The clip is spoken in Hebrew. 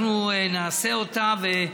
אנחנו נעשה אותה.